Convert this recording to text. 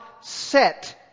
set